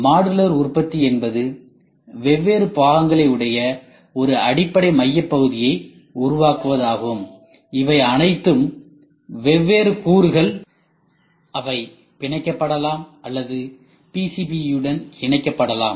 modular உற்பத்தி என்பது வெவ்வேறு பாகங்களை உடைய ஒரு அடிப்படை மைய பகுதியை உருவாக்குவது ஆகும் இவை அனைத்தும் வெவ்வேறு கூறுகள் அவை பிணைக்கப்படலாம் அல்லது பிசிபியுடன் இணைக்கப்படலாம்